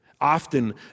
Often